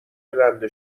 رنده